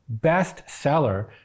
bestseller